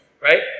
right